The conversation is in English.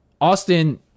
Austin